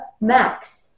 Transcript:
max